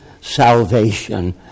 salvation